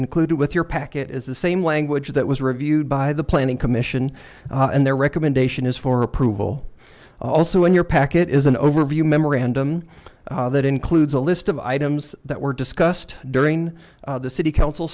included with your package is the same language that was reviewed by the planning commission and their recommendation is for approval also in your packet is an overview memorandum that includes a list of items that were discussed during the city council